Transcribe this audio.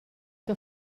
que